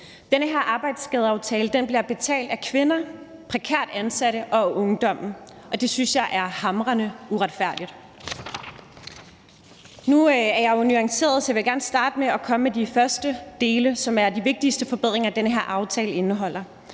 Den her arbejdsskadeaftale bliver betalt af kvinder, af prekært ansatte og af ungdommen, og det synes jeg er hamrende uretfærdigt. Nu er jeg jo nuanceret, og derfor vil jeg gerne starte med at komme med de første dele, som er de vigtigste forbedringer, den her aftale indeholder.